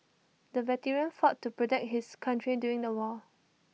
the veteran fought to protect his country during the war